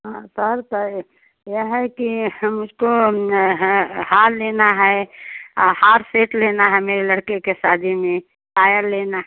हाँ सर त ए यह हैं कि हम उसको है हार लेना है आ हार सेट लेना है मेरे लड़के की शादी में पायल लेना